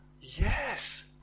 yes